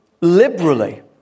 liberally